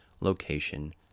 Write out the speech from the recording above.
location